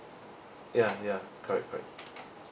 ya ya correct correct